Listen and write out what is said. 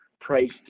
priced